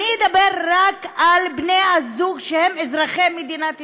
אני אדבר רק על בני זוג שהם אזרחי מדינת ישראל.